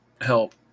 help